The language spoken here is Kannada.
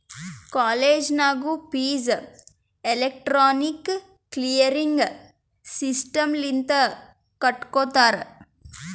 ಕಾಲೇಜ್ ನಾಗೂ ಫೀಸ್ ಎಲೆಕ್ಟ್ರಾನಿಕ್ ಕ್ಲಿಯರಿಂಗ್ ಸಿಸ್ಟಮ್ ಲಿಂತೆ ಕಟ್ಗೊತ್ತಾರ್